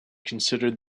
considered